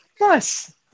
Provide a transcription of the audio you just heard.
Nice